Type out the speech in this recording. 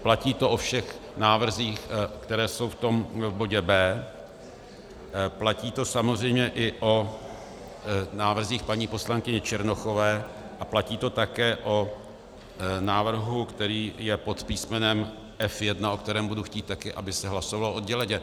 Platí to o všech návrzích, které jsou v bodě B, platí to samozřejmě i o návrzích paní poslankyně Černochové a platí to také o návrhu, který je pod písmenem F1, o kterém budu chtít také, aby se hlasoval odděleně.